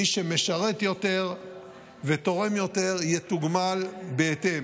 מי שמשרת יותר ותורם יותר יתוגמל בהתאם.